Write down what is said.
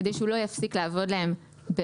כדי שהוא לא יפסיק לעבוד להם באוגוסט.